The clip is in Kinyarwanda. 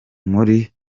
muri